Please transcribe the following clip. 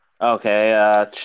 Okay